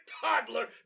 toddler